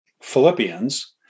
Philippians